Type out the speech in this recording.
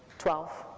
twelve,